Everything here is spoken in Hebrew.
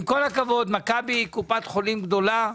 עם כל הכבוד, מכבי קופת חולים גדולה,